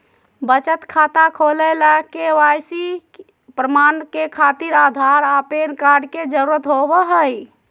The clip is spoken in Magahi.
बचत खाता खोले ला के.वाइ.सी प्रमाण के खातिर आधार आ पैन कार्ड के जरुरत होबो हइ